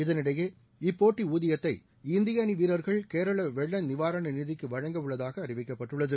இதனிடையே இப்போட்டி ஊதியத்தை இந்திய அணி வீரர்கள் கேரள வெள்ள நிவாரண நிதிக்கு வழங்க உள்ளதாக அறிவிக்கப்பட்டுள்ளது